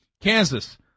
Kansas